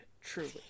Truly